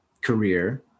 career